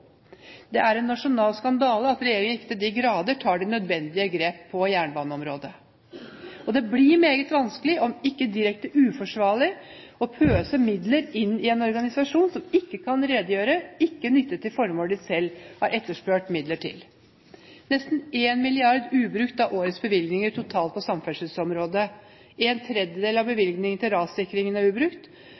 Det er en nasjonal skandale at regjeringen ikke til de grader tar de nødvendige grep på jernbaneområdet. Det blir meget vanskelig, om ikke direkte uforsvarlig, å pøse midler inn i en organisasjon som ikke kan redegjøre og ikke nytter midlene til formål de selv har etterspurt midler til. Nesten 1 mrd. kr er ubrukt av årets bevilgninger totalt på samferdselsområdet. ⅓ av bevilgningene til rassikring er ubrukt.